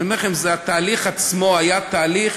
אני אומר לכם שהתהליך עצמו היה תהליך,